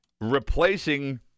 Replacing